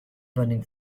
burning